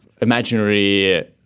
imaginary